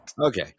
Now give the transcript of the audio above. Okay